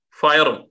fire